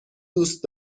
دوست